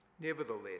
Nevertheless